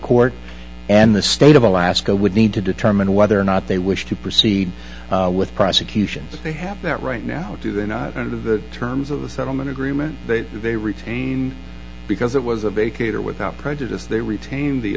court and the state of alaska would need to determine whether or not they wish to proceed with prosecution that they have that right now do they not under the terms of the settlement agreement that they retain because it was a vacate or without prejudice they retained the